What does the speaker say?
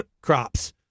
crops